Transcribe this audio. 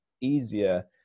easier